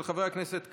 של חברי הכנסת קרעי,